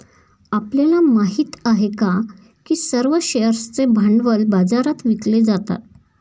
आपल्याला माहित आहे का की सर्व शेअर्सचे भांडवल बाजारात विकले जातात?